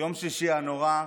יום שישי הנורא,